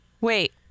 Wait